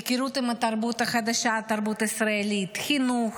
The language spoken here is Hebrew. היכרות עם התרבות החדשה, התרבות הישראלית, חינוך,